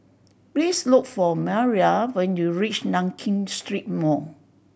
please look for Mariela when you reach Nankin Street Mall